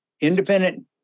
independent